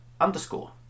underscore